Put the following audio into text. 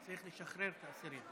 צריך לשחרר את האסירים.